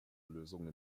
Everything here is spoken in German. lösungen